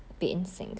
oh